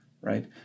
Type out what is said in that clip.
Right